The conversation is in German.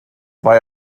war